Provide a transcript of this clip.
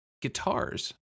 guitars